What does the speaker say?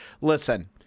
Listen